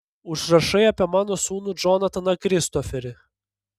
užrašai apie mano sūnų džonataną kristoferį